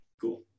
cool